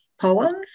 poems